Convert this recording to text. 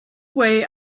way